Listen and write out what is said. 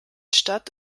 stadt